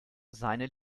seine